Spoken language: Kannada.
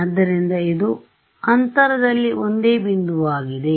ಆದ್ದರಿಂದ ಇದು ಅಂತರದಲ್ಲಿ ಒಂದೇ ಬಿಂದುವಾಗಿದೆ